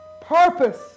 Purpose